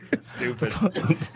Stupid